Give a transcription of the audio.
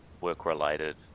work-related